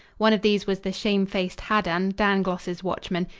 one of these was the shamefaced haddan, dangloss's watchman,